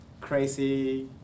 crazy